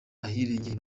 ahirengeye